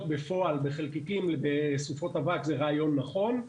בפועל בחלקיקים בסופות אבק זה רעיון נכון.